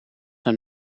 een